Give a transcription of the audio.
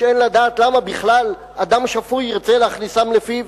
שאין לדעת למה בכלל אדם שפוי ירצה להכניסם לפיו.